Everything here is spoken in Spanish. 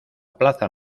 plaza